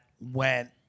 went